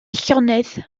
llonydd